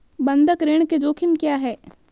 बंधक ऋण के जोखिम क्या हैं?